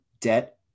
debt